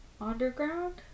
Underground